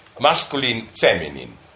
masculine-feminine